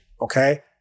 Okay